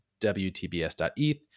wtbs.eth